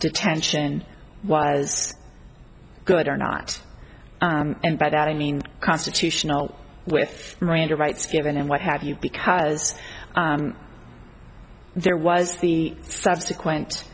detention was good or not and by that i mean constitutional with miranda rights given and what have you because there was the subsequent